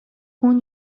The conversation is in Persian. اون